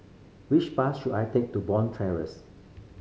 which bus should I take to Bond